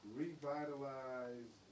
revitalize